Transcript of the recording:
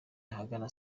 ahagana